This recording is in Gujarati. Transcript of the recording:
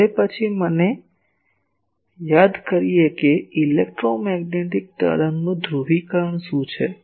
હવે પછી મને યાદ કરીએ કે ઇલેક્ટ્રોમેગ્નેટિક તરંગનું ધ્રુવીકરણ શું છે